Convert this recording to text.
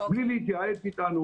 בלי להתייעץ איתנו,